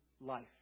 life